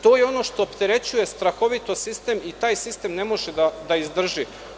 To je ono što opterećuje sistem i taj sistem to ne može da izdrži.